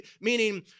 meaning